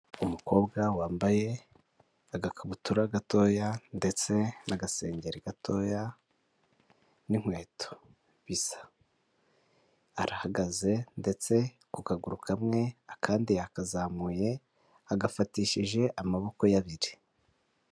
Umukobwa wambaye agakabutura gatoya ndetse n'agasenge gatoya n'inkweto bisa, arahagaze ndetse ku kaguru kamwe akandi yakazamuye agafatishije amaboko ye abiri.